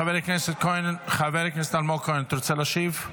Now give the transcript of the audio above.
חבר הכנסת אלמוג כהן, תרצה להשיב?